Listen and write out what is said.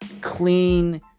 clean